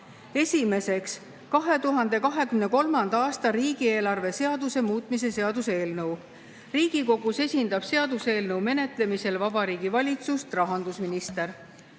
Esiteks, 2023. aasta riigieelarve seaduse muutmise seaduse eelnõu. Riigikogus esindab seaduseelnõu menetlemisel Vabariigi Valitsust rahandusminister.